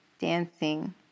dancing